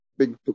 big